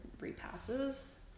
repasses